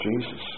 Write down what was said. Jesus